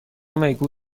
میگو